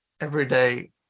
everyday